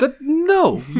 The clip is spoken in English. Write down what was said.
No